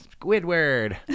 Squidward